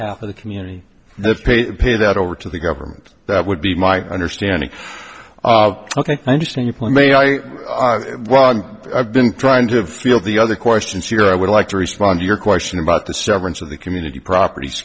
half of the community the pay paid out over to the government that would be my understanding ok i understand your point may i well i've been trying to feel the other questions here i would like to respond to your question about the severance of the community propert